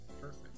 perfect